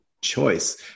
choice